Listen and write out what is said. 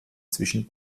zwischen